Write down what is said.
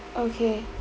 okay